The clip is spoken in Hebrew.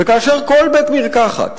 וכאשר כל בית-מרקחת,